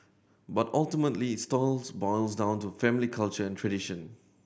but ultimately it boils down to family culture and tradition